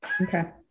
Okay